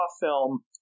film